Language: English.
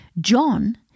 John